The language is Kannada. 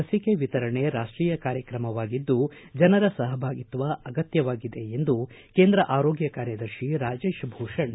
ಲಸಿಕೆ ವಿತರಣೆ ರಾಷ್ವೀಯ ಕಾರ್ಯಕ್ರಮವಾಗಿದ್ದು ಜನರ ಸಹಭಾಗಿತ್ವ ಅಗತ್ತವಾಗಿದೆ ಎಂದು ಕೇಂದ್ರ ಆರೋಗ್ಡ ಕಾರ್ಯದರ್ಶಿ ರಾಜೇಶ್ ಭೂಷಣ್ ತಿಳಿಸಿದ್ದಾರೆ